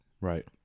Right